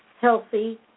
healthy